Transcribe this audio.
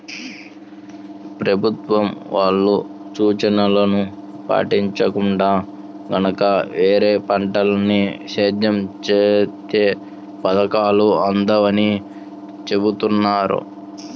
ప్రభుత్వం వాళ్ళ సూచనలను పాటించకుండా గనక వేరే పంటల్ని సేద్యం చేత్తే పథకాలు అందవని చెబుతున్నారు